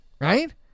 right